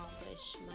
accomplish